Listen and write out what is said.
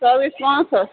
تَس گٔے ٹرٛانٛسفَر